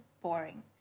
boring